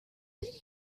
did